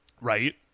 right